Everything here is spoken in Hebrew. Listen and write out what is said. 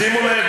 שימו לב,